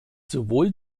sowohl